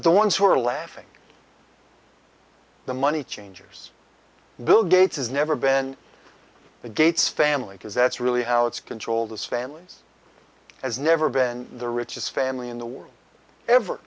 the ones who are laughing the money changers bill gates has never been the gates family because that's really how it's controlled is families has never been the richest family in the world ever